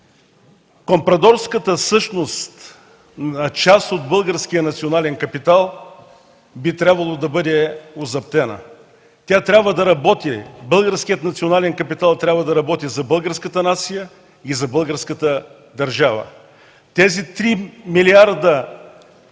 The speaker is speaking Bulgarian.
Компрадорската същност на част от българския национален капитал би трябвало да бъде озаптена. Българският национален капитал трябва да работи за българската нация и за българската държава. Тези три милиарда